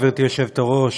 גברתי היושבת-ראש,